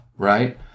Right